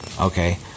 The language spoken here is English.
Okay